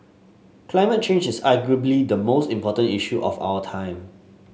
climate change is arguably the most important issue of our time